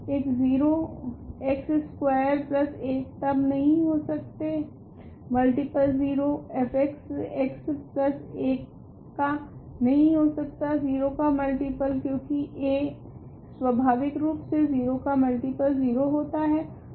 एक 0 x square 1 तब नहीं हो सकते मल्टीपल 0 fx1 का नहीं हो सकता 0 का मल्टीपल क्योकि a स्वाभाविकरूप से 0 का मल्टीपल 0 होता है